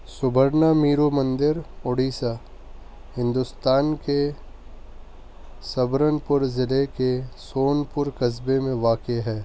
سبرنا میرو مندر اڑیسہ ہندوستان کے سبرن پور ضلع کے سون پور قصبے میں واقع ہے